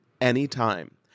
anytime